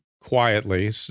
quietly